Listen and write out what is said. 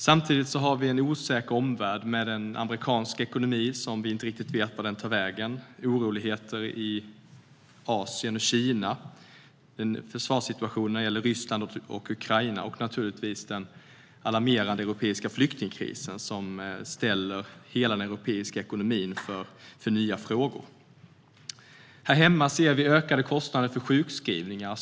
Samtidigt har vi en osäker omvärld med en amerikansk ekonomi som vi inte riktigt vet vart den tar vägen, oroligheter i Asien och Kina, en försvarssituation när det gäller Ryssland och Ukraina, och naturligtvis den alarmerande europeiska flyktingkrisen som ställer hela den europeiska ekonomin inför nya frågor. Här hemma ser vi ökade kostnader för sjukskrivningar.